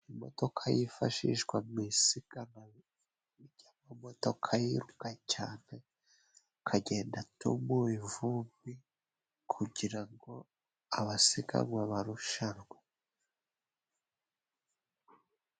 Imodoka yifashishwa mu isiganwa ry'amamodoka yiruka cyane, akagenda atumura ivumbi kugira ngo abasiganwa barushanwe.